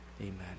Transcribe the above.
Amen